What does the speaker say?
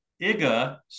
Iga